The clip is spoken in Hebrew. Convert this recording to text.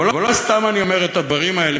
אבל לא סתם אני אומר את הדברים האלה,